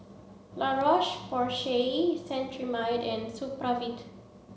La Roche Porsay Cetrimide and Supravit